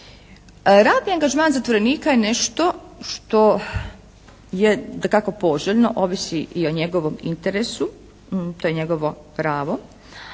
Radni angažman zatvorenika je nešto što je dakako poželjno, ovisi i o njegovom interesu. To je njegovo pravo.